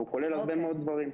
והוא כולל הרבה מאוד דברים.